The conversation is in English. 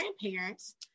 grandparents